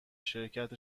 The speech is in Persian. شرکت